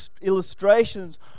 illustrations